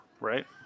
right